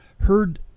Heard